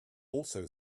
also